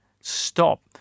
stop